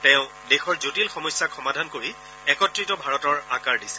তেওঁ দেশৰ জটিল সমস্যাক সমাধান কৰি একত্ৰিত ভাৰতৰ আকাৰ দিছিল